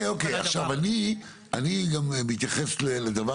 בהתייחס לדבר